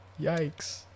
Yikes